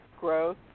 growth